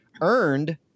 earned